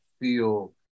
feel